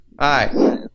Hi